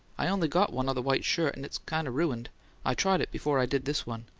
i only got one other white shirt, and it's kind of ruined i tried it before i did this one.